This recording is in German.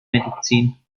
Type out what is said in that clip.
medizin